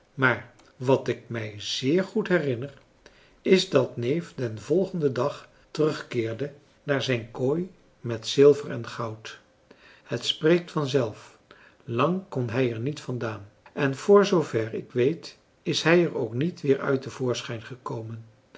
maar wat ik mij zeer goed herinner is dat neef den volgenden dag terugfrançois haverschmidt familie en kennissen keerde naar zijn kooi met zilver en goud het spreekt vanzelf lang kon hij er niet vandaan en zoover ik weet is hij er ook niet weer uit te voorschijn gekomen